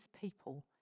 people